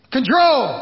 Control